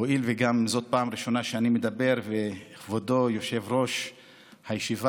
הואיל וזו גם פעם ראשונה שאני מדבר כשכבודו יושב-ראש הישיבה,